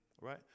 right